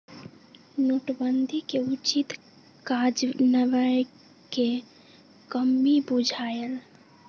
नोटबन्दि के उचित काजन्वयन में कम्मि बुझायल